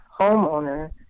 homeowner